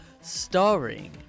starring